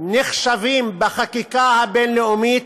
נחשבים בחקיקה הבין-לאומית,